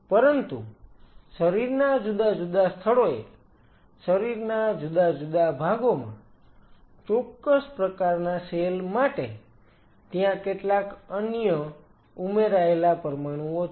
પરંતુ શરીરના જુદા જુદા સ્થળોએ શરીરના જુદા જુદા ભાગોમાં ચોક્કસ પ્રકારના સેલ માટે ત્યાં કેટલાક અન્ય ઉમેરાયેલા પરમાણુઓ છે